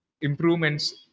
improvements